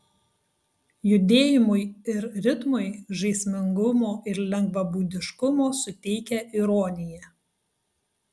judėjimui ir ritmui žaismingumo ir lengvabūdiškumo suteikia ironija